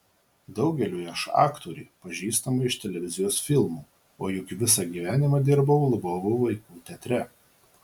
daugeliui aš aktorė pažįstama iš televizijos filmų o juk visą gyvenimą dirbau lvovo vaikų teatre